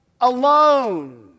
alone